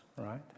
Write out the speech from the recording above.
right